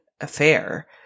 affair